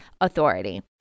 authority